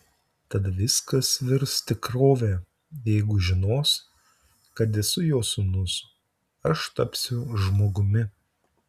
tada viskas virs tikrove jeigu žinos kad esu jo sūnus aš tapsiu žmogumi